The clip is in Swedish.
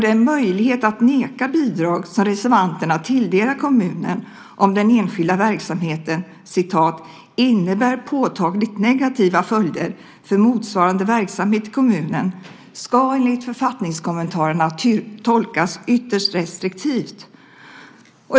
Den möjlighet att neka bidrag som reservanterna tilldelar kommunen om den enskilda verksamheten "innebär påtagligt negativa följder för motsvarande verksamhet i kommunen" ska enligt författningskommentarerna tolkas ytterst restriktivt.